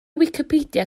wicipedia